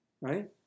right